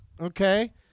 okay